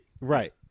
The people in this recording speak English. Right